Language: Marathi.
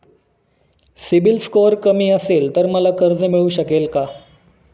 सिबिल स्कोअर कमी असेल तर मला कर्ज मिळू शकेल का?